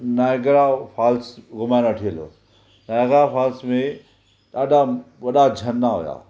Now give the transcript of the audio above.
Niagara Falls घुमाइण वठी हलियो नाइगरा फॉल्स में ॾाढा वॾा झरना हुआ